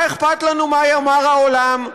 מה אכפת לנו מה יאמר העולם?